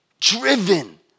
driven